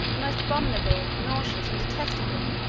the most abominable, nauseous, and detestable,